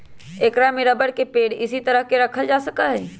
ऐकरा में रबर के पेड़ इसी तरह के रखल जा सका हई